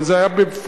אבל זה היה בפועל.